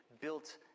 built